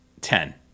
Ten